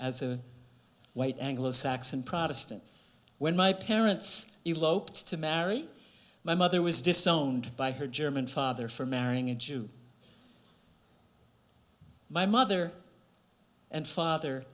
as a white anglo saxon protestant when my parents you loped to marry my mother was disowned by her german father for marrying a jew my mother and father